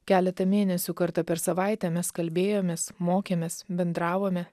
keletą mėnesių kartą per savaitę mes kalbėjomės mokėmės bendravome